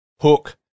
Hook